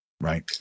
Right